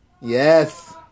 Yes